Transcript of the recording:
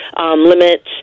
limits